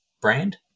brand